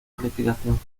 calificación